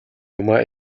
юмаа